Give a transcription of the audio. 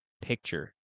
picture